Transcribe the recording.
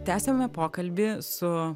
tęsiame pokalbį su